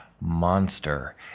monster